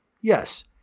Yes